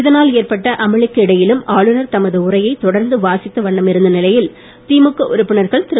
இதானல் ஏற்பட்ட அமளிக்கிடையிலும் ஆளுநர் தமது உரையை தொடர்ந்து வாசித்த வண்ணம் இருந்த நிலையில் திமுக உறுப்பினர்கள் திரு